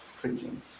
preaching